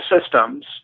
systems